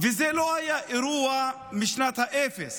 זה לא היה אירוע משנת האפס,